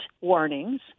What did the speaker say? warnings